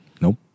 Nope